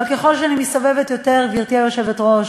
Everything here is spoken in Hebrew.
אבל ככל שאני מסתובבת יותר, גברתי היושבת-ראש,